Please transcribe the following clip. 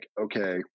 okay